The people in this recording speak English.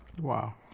Wow